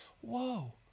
whoa